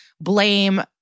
blame